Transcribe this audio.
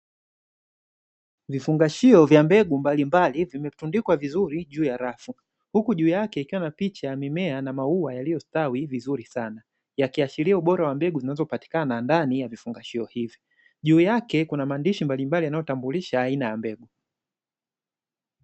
Vifungashio vya mbegu mbalimbali vimetundikwa vizuri juu ya rafu, huku juu yake ikiwa na picha ya mimea na maua yaliyostawi vizuri sana; yakiashiria ubora wa mbegu zinazopatikana ndani ya vifungashio hivyo. Juu yake kuna maandishi mbalimbali yanayotambulisha aina ya mbegu.